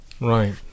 Right